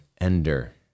ender